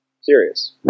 Serious